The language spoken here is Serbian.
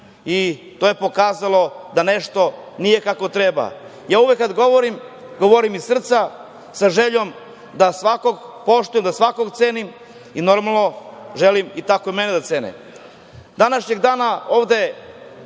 i to je pokazalo da nešto nije kako treba. Ja uvek kada govorim, govorim iz srca sa željom da svakog poštujem, da svakog cenim i normalno želim da tako i mene cene. Današnjeg dana ovde